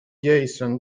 jason